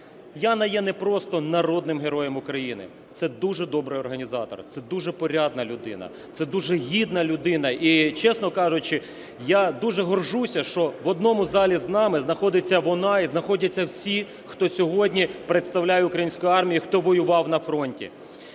Яна є не просто народним героєм України, це дуже добрий організатор, це дуже порядна людина, це дуже гідна людина. І чесно кажучи, я дуже горджуся, що в одному залі з нами знаходиться вона і знаходяться всі, хто сьогодні представляє українську армію, хто воював на фронті.